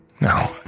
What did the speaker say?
No